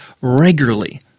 regularly